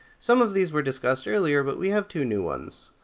some of these were discussed earlier, but we have two new ones.